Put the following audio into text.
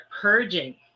purging